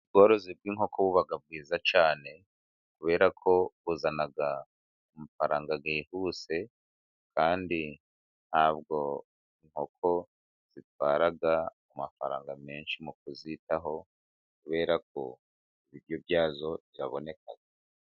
Ubworozi bw'inkoko buba bwiza cyane kubera ko buzana amafaranga yihuse, kandi nta bwo inkoko zitwara amafaranga menshi mu kuzitaho, kubera ko ibiryo byazo biraboneka.